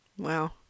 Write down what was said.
Wow